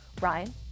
Ryan